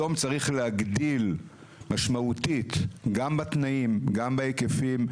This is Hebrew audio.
היום צריך להגדיל משמעותית גם בתנאים, גם בהיקפים,